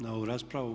na ovu raspravu.